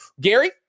Gary